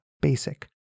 basic